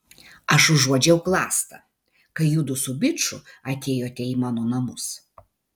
aš užuodžiau klastą kai judu su biču atėjote į mano namus